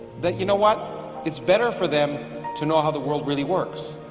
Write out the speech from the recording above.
that you know what it's better for them to know how the world really works